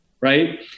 right